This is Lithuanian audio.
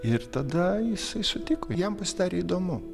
ir tada jisai sutiko jam pasidarė įdomu